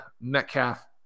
Metcalf